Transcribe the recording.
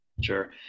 Sure